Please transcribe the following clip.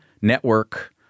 network